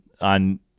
On